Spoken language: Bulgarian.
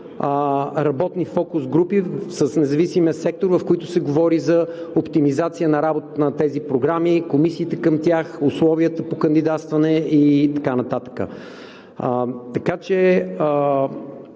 работни фокус групи с независимия сектор, в които се говори за оптимизация на работата на тези програми, комисиите към тях, условията по кандидатстване и така